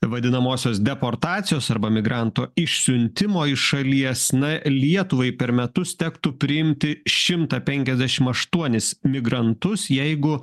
vadinamosios deportacijos arba migranto išsiuntimo į šalies na lietuvai per metus tektų priimti šimtą penkiasdešim aštuonis migrantus jeigu